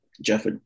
Jeff